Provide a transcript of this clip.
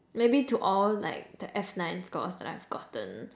maybe to all like the F nine scores that I've gotten